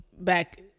back